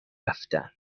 رفتن